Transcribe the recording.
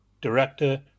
director